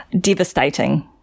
devastating